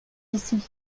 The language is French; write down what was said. ici